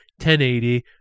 1080